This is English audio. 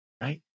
right